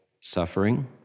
suffering